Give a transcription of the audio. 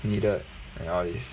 needed and all these